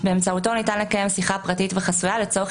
באמצעותו ניתן לקיים שיחה פרטית וחסויה לצורך